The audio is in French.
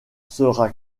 sera